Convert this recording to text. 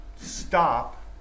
stop